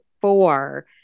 four